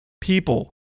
people